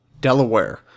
Delaware